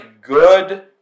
good